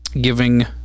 giving